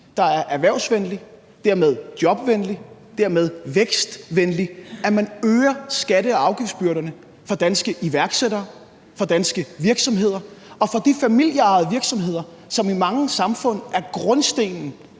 der er erhvervsvenlig og dermed jobvenlig og vækstvenlig, at man øger skatte- og afgiftsbyrderne for danske iværksættere, for danske virksomheder og for de familieejede virksomheder, som i mange samfund er grundstenen